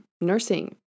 nursing